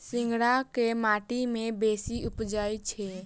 सिंघाड़ा केँ माटि मे बेसी उबजई छै?